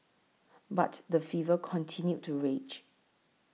but the fever continued to rage